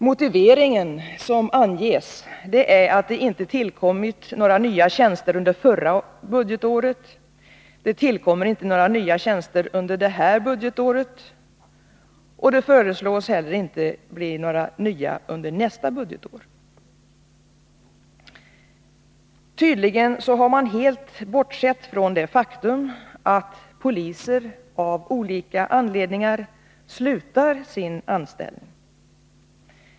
Motiveringen som anges är att det inte tillkommit några nya tjänster under förra budgetåret, det tillkommer inte några nya under detta budgetår, och det föreslås heller inte bli några nya under nästa budgetår. Tydligen har man helt bortsett från det faktum att poliser av olika anledningar slutar sina anställningar.